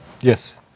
Yes